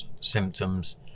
symptoms